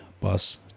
bus